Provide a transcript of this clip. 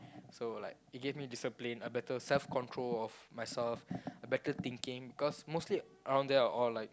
so like it gave me discipline a better self control of myself a better thinking because mostly around there are all like